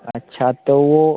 अच्छा तो वह